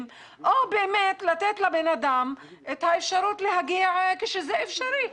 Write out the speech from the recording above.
או לתת לאדם את האפשרות להגיע כשזה אפשרי.